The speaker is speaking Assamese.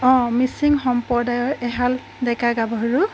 অঁ মিছিং সম্প্ৰদায়ৰ এহাল ডেকা গাভৰু